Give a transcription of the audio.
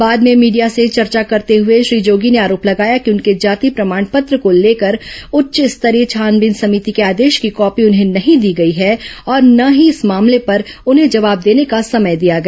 बाद में मीडिया से चर्चा करते हुए श्री जोगी ने आरोप लगाया कि उनके जाति प्रमाण पत्र को लेकर उच्च स्तरीय छानबीन समिति के आदेश की कॉपी उन्हें नहीं दी गई है और न ही इस मामले पर उन्हें जवाब देने का समय दिया गया